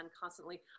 constantly